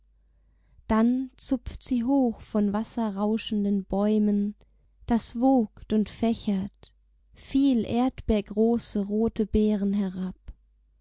dann zupft sie hoch von wasserrauschenden bäumen das wogt und fächert viel erdbeergroße rote beeren herab